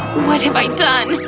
what have i done?